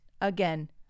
again